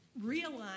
realize